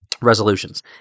resolutions